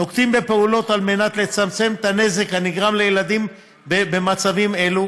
נוקטים פעולות לצמצם את הנזק הנגרם לילדים במצבים אלו,